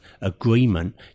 agreement